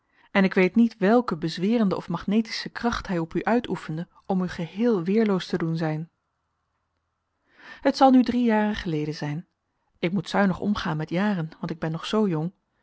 en ik weet niet welke bezwerende of magnetische kracht hij op u uitoefende om u geheel weerloos te doen zijn het zal nu drie jaren geleden zijn ik moet zuinig omgaan met jaren want ik ben nog zoo jong